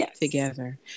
together